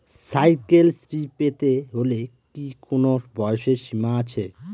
Cycle Shri পেতে হলে কি কোনো বয়সের সীমা আছে?